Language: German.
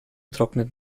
trocknet